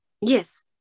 Yes